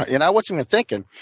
and i wasn't even thinking.